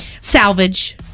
Salvage